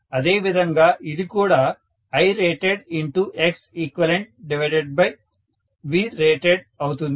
అదే విధంగా ఇది కూడా IratedXeqVrated అవుతుంది